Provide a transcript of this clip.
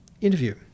interview